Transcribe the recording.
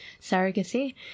surrogacy